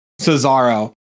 Cesaro